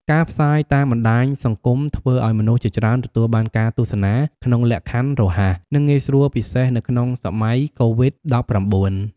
ការផ្សាយតាមបណ្តាញសង្គមធ្វើឲ្យមនុស្សជាច្រើនទទួលបានការទស្សនាក្នុងលក្ខខណ្ឌរហ័សនិងងាយស្រួលពិសេសនៅក្នុងសម័យកូវីដ១៩។